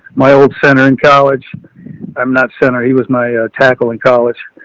my old center in college i'm not center. he was my, a tackle in college.